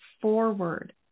forward